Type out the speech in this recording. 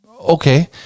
okay